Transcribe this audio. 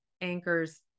anchors